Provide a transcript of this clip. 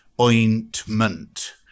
ointment